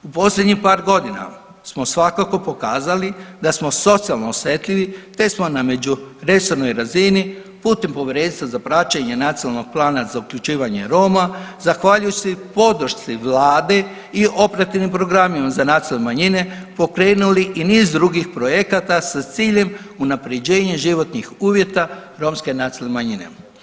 U posljednjih par godina smo svakako pokazali da smo socijalno osjetljivi, te smo na međuresornoj razini putem Povjerenstva za praćenje Nacionalnog plana za uključivanje Roma zahvaljujući podršci vlade i operativnim programima za nacionalne manjine pokrenuli i niz drugih projekata sa ciljem unaprjeđenja životnih uvjeta romske nacionalne manjine.